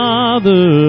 Father